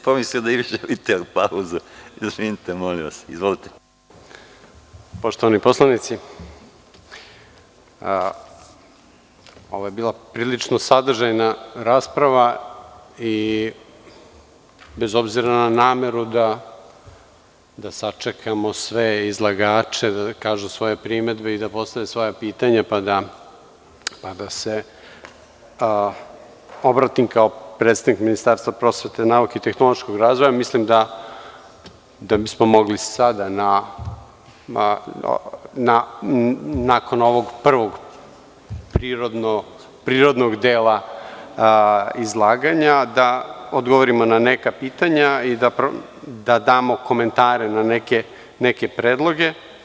Poštovani poslanici, ovo je bila prilično sadržajna rasprava i bez obzira na nameru da sačekamo sve izlagače da kažu svoje primedbe i postave svoja pitanja, pa da se obratim kao predstavnik Ministarstva prosvete, nauke i tehnološkog razvoja, mislim da bismo mogli sada nakon ovog prvog prirodnog dela izlaganja da odgovorimo na neka pitanja i da damo komentare na neke predloge.